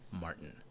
Martin